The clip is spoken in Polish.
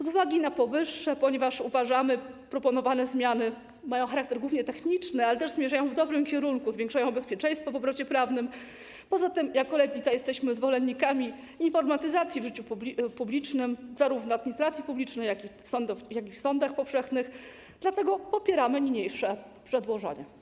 Z uwagi na powyższe, ponieważ uważamy, że proponowane zmiany mają charakter głównie techniczny, ale też zmierzają w dobrym kierunku, zwiększają bezpieczeństwo w obrocie prawnym - poza tym jako Lewica jesteśmy zwolennikami informatyzacji w życiu publicznym, zarówno w administracji publicznej, jak i w sądach powszechnych - dlatego popieramy niniejsze przedłożenie.